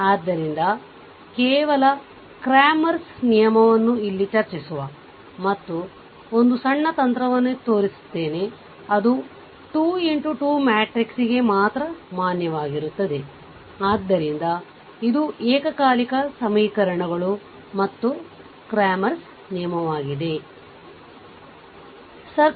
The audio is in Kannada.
ಆದ್ದರಿಂದ ಕೇವಲ ಕ್ರಾಮಾರ್ ನ ನಿಯಮವನ್ನುCramer's ruleಇಲ್ಲಿ ಚರ್ಚಿಸುವ ಮತ್ತು ಒಂದು ಸಣ್ಣ ತಂತ್ರವನ್ನು ತೋರಿಸುತ್ತೇನೆ ಅದು 2X2 ಮ್ಯಾಟ್ರಿಕ್ಸ್ಗೆ ಮಾತ್ರ ಮಾನ್ಯವಾಗಿರುತ್ತದೆ ಆದ್ದರಿಂದ ಇದು ಏಕಕಾಲಿಕ ಸಮೀಕರಣಗಳು ಮತ್ತು ಕ್ರಾಮಾರ್ ನ ನಿಯಮCramer's rule